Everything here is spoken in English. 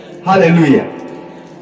Hallelujah